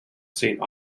saint